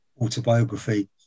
autobiography